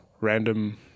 random